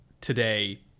today